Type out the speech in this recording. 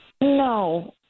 no